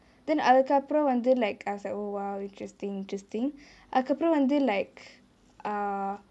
then அதுக்கு அப்ரோ வந்து:athuku apro vanthu like I was like oh !wow! interesting interesting அதுக்கு அப்ரோ வந்து:athuku apro vanthu like err